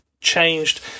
changed